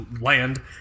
land